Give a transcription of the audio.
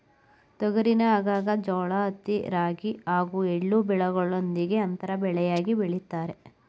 ತೊಗರಿನ ಆಗಾಗ ಜೋಳ ಹತ್ತಿ ರಾಗಿ ಹಾಗೂ ಎಳ್ಳು ಬೆಳೆಗಳೊಂದಿಗೆ ಅಂತರ ಬೆಳೆಯಾಗಿ ಬೆಳಿತಾರೆ